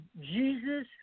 Jesus